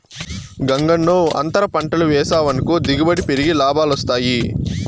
గంగన్నో, అంతర పంటలు వేసావనుకో దిగుబడి పెరిగి లాభాలొస్తాయి